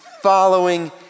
following